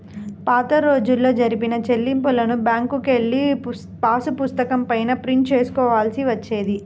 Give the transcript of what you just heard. పాతరోజుల్లో జరిపిన చెల్లింపులను బ్యేంకుకెళ్ళి పాసుపుస్తకం పైన ప్రింట్ చేసుకోవాల్సి వచ్చేది